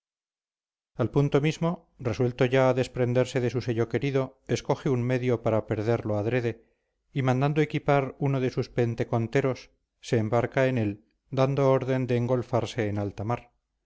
al punto mismo resuelto ya a desprenderse de su sello querido escoge un medio para perderlo adrede y mandando equipar uno de sus penteconteros se embarca en él dando orden de engolfarse en alta